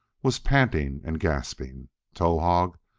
was panting and gasping towahg,